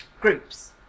groups